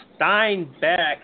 Steinbeck